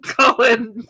Colin